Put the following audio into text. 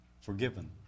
forgiven